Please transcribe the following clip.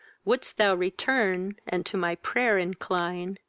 would'st thou return, and to my pray'r incline,